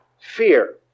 fear